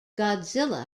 godzilla